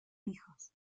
hijos